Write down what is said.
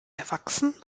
erwachsen